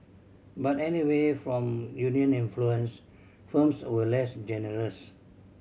but anyway from union influence firms were less generous